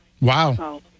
Wow